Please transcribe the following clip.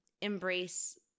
embrace